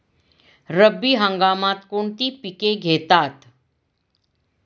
रब्बी हंगामात कोणती पिके घेतात?